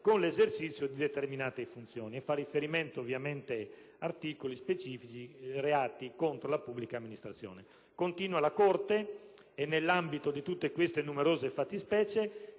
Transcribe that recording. con l'esercizio di determinate funzioni. Fa riferimento, ovviamente, ad articoli specifici e reati contro la pubblica amministrazione. Così continua la Corte: «Nell'ambito di tutte queste numerose fattispecie